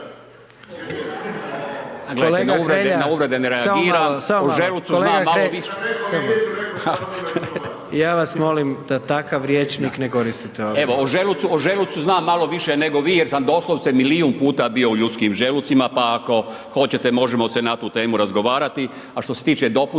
Kolega Hrelja, samo malo, samo malo, kolega Hrelja. Ja vas molim da takav rječnik ne koristite ovdje. **Kujundžić, Milan (HDZ)** … evo o želucu, o želucu znam malo više jer sam doslovce milijun puta bio u ljudskim želucima, pa ako hoćete možemo se na tu temu razgovarati, a što se tiče dopunskoga